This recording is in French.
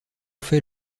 fait